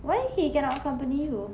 why he cannot accompany you